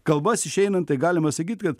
kalbas išeinant tai galima sakyt kad